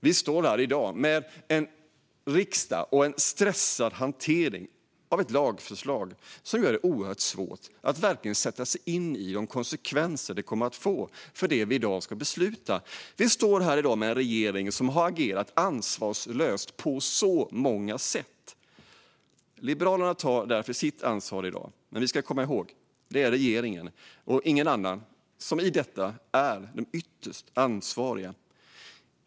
Vi står här i dag med en riksdag och en stressad hantering av ett lagförslag som gör det oerhört svårt att verkligen sätta sig in i de konsekvenser som det vi i dag ska besluta kommer att få. Vi står här i dag med en regering som har agerat ansvarslöst på så många sätt. Liberalerna tar därför sitt ansvar i dag. Men vi ska komma ihåg: Det är regeringen och ingen annan som är ytterst ansvarig i detta.